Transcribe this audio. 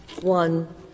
one